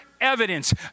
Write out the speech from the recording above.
evidence